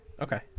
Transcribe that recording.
Okay